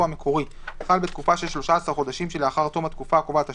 המקורי חל בתקופה של 13 חודשים שלאחר תום התקופה הקובעת השנייה,